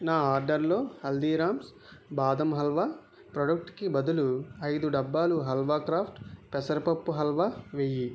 నా ఆర్డర్లో హల్దీరామ్స్ బాదం హల్వా ప్రాడక్టుకి బదులు ఐదు డబ్బాలు హల్వా క్రాఫ్ట్ పెసరపప్పు హల్వా వేయి